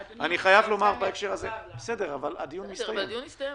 אדוני, סאמר התחבר --- אבל הדיון מסתיים.